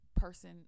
person